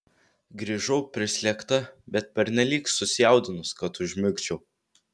grįžau prislėgta bet pernelyg susijaudinus kad užmigčiau